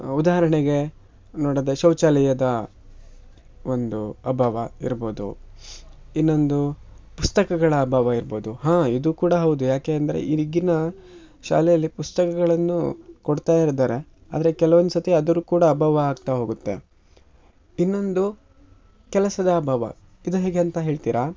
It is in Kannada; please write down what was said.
ಉದಾಹರಣೆಗೆ ನೋಡದ ಶೌಚಾಲಯದ ಒಂದು ಅಭಾವ ಇರ್ಬೋದು ಇನ್ನೊಂದು ಪುಸ್ತಕಗಳ ಅಭಾವ ಇರ್ಬೋದು ಹಾಂ ಇದು ಕೂಡ ಹೌದು ಯಾಕೆಂದರೆ ಈಗಿನ ಶಾಲೆಯಲ್ಲಿ ಪುಸ್ತಕಗಳನ್ನು ಕೊಡ್ತಾ ಇದಾರೆ ಆದರೆ ಕೆಲ್ವೊಂದು ಸತಿ ಅದು ಕೂಡ ಅಭಾವ ಆಗ್ತಾ ಹೋಗತ್ತೆ ಇನ್ನೊಂದು ಕೆಲಸದ ಅಭಾವ ಇದು ಹೇಗೆ ಅಂತ ಹೇಳ್ತೀರಾ